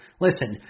Listen